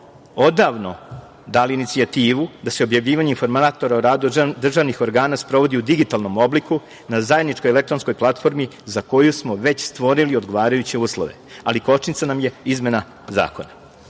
odavno dali inicijativu da se objavljivanje informatora o radu državnih organa sprovodi u digitalnom obliku na zajedničkoj elektronskoj platformi za koju smo već stvorili odgovarajuće uslove, ali kočnica nam je izmena zakona. Kada